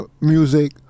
music